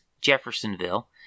Jeffersonville